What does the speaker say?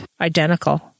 identical